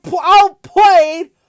outplayed